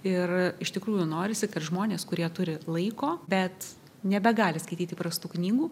ir iš tikrųjų norisi kad žmonės kurie turi laiko bet nebegali skaityti prastų knygų